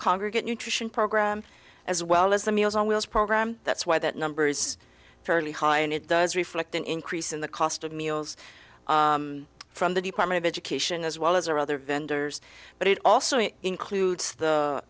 congregant nutrition program as well as the meals on wheels program that's why that number is fairly high and it does reflect an increase in the cost of meals from the department of education as well as or other vendors but it also includes